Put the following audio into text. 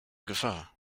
gefahr